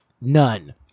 None